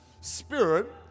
spirit